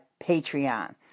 Patreon